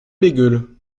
bégueule